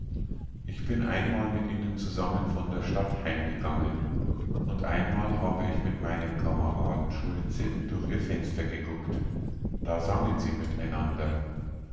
ich bin einmal mit ihnen zusammen von der stadt heimgegangen und einmal habe ich mit meinem kameraden schulze durch ihr fenster geguckt da sangen sie miteinander